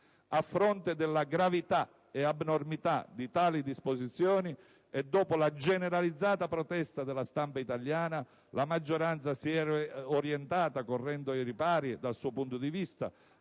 A fronte della gravità e abnormità di tali disposizioni e dopo la generalizzata protesta della stampa italiana, la maggioranza si è orientata (correndo ai ripari, dal suo punto di vista)